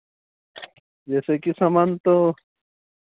जैसे कि सामान तो